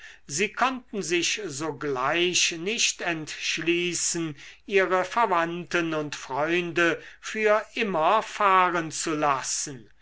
sie konnten sich sogleich nicht entschließen ihre verwandten und freunde für immer fahren zu lassen